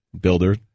builder